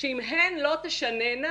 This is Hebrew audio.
שאם הן לא תשננה,